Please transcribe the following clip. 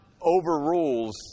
overrules